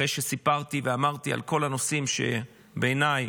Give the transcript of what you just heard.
אחרי שסיפרתי ודיברתי על כל הנושאים שבעיניי